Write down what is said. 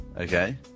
okay